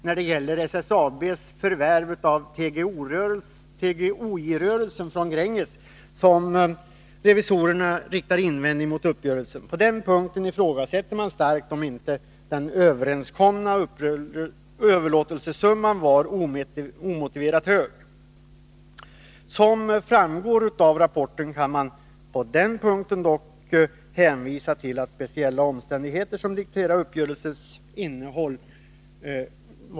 När det gäller SSAB:s förvärv av TGOJ-rörelsen från Gränges riktar revisorerna invändning mot uppgörelsen. På den punkten ifrågasätts starkt om inte den överenskomna överlåtelsesumman var omotiverat hög. Som framgår av rapporten kan man dock på denna punkt hänvisa till speciella omständigheter som dikterade uppgörelsens innehåll.